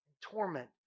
torment